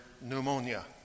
pneumonia